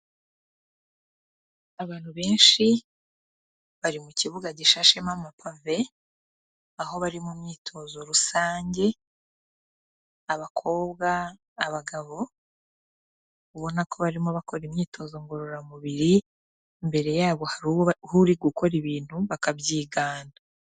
Abantu benshi bari mu kibuga gishashemo amapave, aho bari mu myitozo rusange, abakobwa, abagabo, ubona ko barimo bakora imyitozo ngororamubiri, imbere yabo hari uri gukora ibintu bakabyigana.